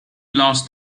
lost